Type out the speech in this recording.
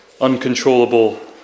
uncontrollable